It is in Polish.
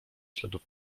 śladów